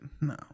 No